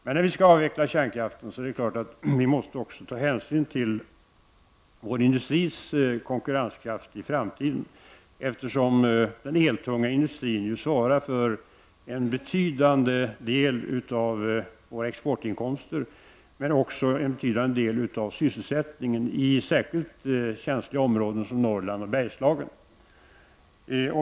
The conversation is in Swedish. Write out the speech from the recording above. Men när vi skall avveckla kärnkraften måste vi också ta hänsyn till vår industris konkurrenskraft i framtiden. Den eltunga industrin svarar ju för en betydande del av våra exportinkomster och även för en betydande del av sysselsättningen i särskilt känsliga områden som Norrland och Bergslagen.